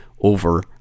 over